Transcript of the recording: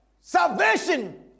salvation